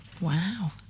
wow